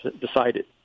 decided